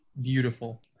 Beautiful